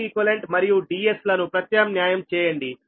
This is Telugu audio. Deq మరియు Dsలను ప్రత్యామ్నాయం చేయండి